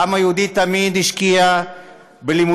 העם היהודי תמיד השקיע בלימודים.